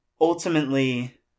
ultimately